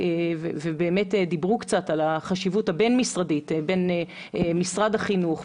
ובאמת דיברו קצת על החשיבות הבין-משרדית בין משרד החינוך,